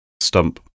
stump